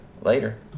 later